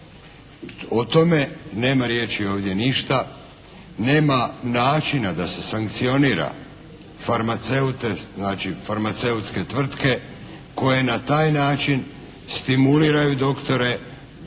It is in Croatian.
O tome nema riječi ovdje ništa, nema načina da se sankcionira farmaceute, znači farmaceutske tvrtke koje na taj način stimuliraju doktore da